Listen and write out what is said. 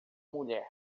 mulher